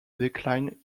decline